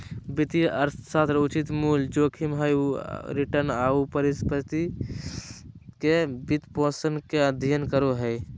वित्तीय अर्थशास्त्र उचित मूल्य, जोखिम आऊ रिटर्न, आऊ परिसम्पत्ति के वित्तपोषण के अध्ययन करो हइ